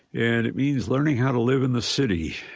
and it means learning how to live in the city.